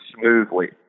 smoothly